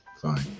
fine